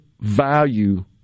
value